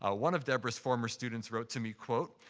ah one of deborah's former students wrote to me, quote,